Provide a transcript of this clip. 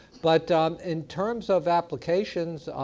but um in terms of applications,